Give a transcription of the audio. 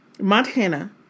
Montana